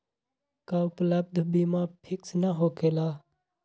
का उपलब्ध बीमा फिक्स न होकेला?